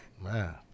Man